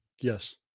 Yes